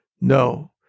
No